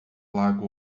lago